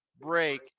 break